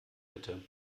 bitte